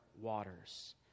waters